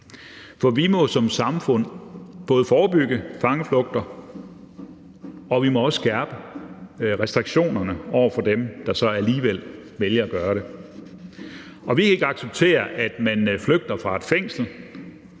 For vi må som samfund både forebygge fangeflugter, og vi må også skærpe restriktionerne over for dem, der så alligevel vælger at flygte fra fængslet. Vi vil ikke acceptere, at man flygter fra et fængsel,